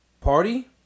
party